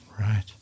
right